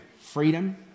freedom